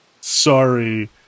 Sorry